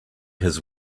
his